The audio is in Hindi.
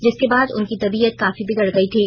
जिसके बाद उनकी तबीयत काफी बिगड़ गई थी